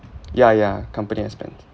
ya ya company expense